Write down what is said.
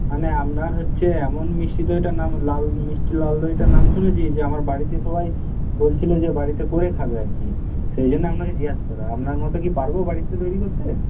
মানে আপনার হচ্ছে এমন মিষ্টি দইটার নাম লাল মিষ্টি লাল দইটার নাম শুনেছি যে আমার বাড়িতে সবাই বলছিলো যে বাড়িতে করে খাবে আর কি সেই জন্য আপনাকে জিজ্ঞাস করা আপনার মতো কি পারবো বাড়িতে তৈরি করতে